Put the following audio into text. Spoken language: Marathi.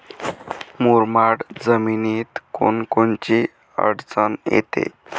मुरमाड जमीनीत कोनकोनची अडचन येते?